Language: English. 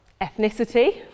ethnicity